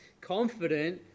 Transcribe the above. confident